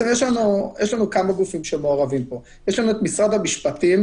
יש לנו כמה גופים שמעורבים פה: יש לנו את משרד המשפטים,